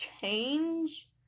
change